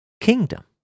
kingdom